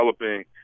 developing